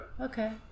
okay